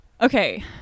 okay